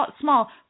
small